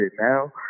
now